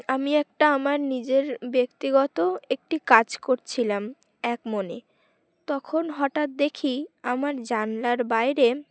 আমি একটা আমার নিজের ব্যক্তিগত একটি কাজ করছিলাম এক মনে তখন হঠাৎ দেখি আমার জানলার বাইরে